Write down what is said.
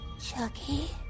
Chucky